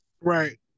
Right